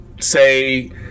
say